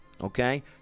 okay